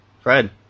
Fred